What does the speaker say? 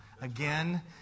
again